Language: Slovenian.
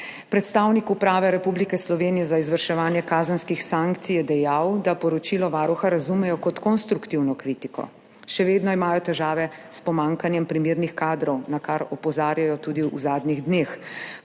Predstavnik Uprave Republike Slovenije za izvrševanje kazenskih sankcij je dejal, da poročilo Varuha razumejo kot konstruktivno kritiko. Še vedno imajo težave s pomanjkanjem primernih kadrov, na kar opozarjajo tudi v zadnjih dneh.